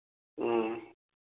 ꯎꯝ